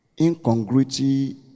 incongruity